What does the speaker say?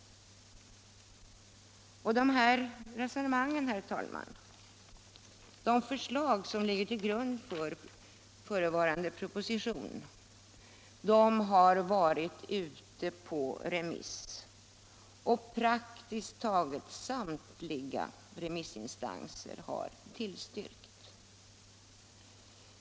Dessa resonemang och de förslag som ligger till grund för förevarande proposition har varit ute på remiss, och praktiskt taget samtliga remissinstanser har tillstyrkt.